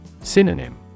Synonym